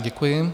Děkuji.